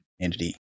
entity